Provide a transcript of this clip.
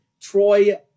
Troy